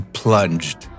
plunged